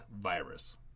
virus